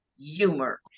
humor